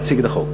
להציג את החוק.